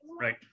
Right